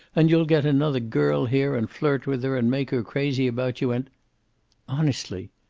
and you'll get another girl here, and flirt with her, and make her crazy about you, and honestly,